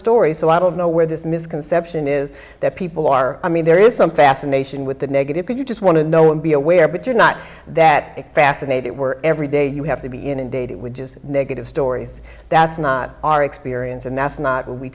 stories so i don't know where this misconception is that people are i mean there is some fascination with the negative could you just want to know and be aware but you're not that fascinate it were every day you have to be inundated with just negative stories that's not our experience and that's not what we